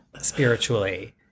spiritually